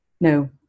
No